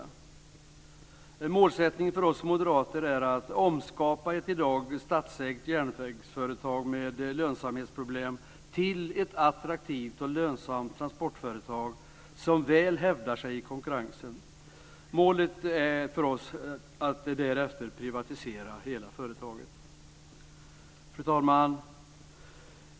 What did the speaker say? En målsättning för oss moderater är att omskapa ett i dag statsägt järnvägsföretag med lönsamhetsproblem till ett attraktivt och lönsamt transportföretag som väl hävdar sig i konkurrensen. Målet är för oss att därefter privatisera hela företaget. Fru talman!